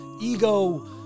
ego